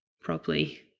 properly